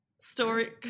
story